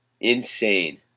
Insane